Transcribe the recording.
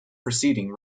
preceding